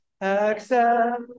accept